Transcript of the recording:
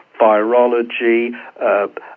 virology